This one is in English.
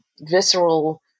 visceral